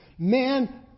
Man